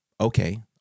Okay